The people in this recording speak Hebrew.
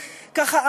ככה,